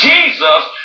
Jesus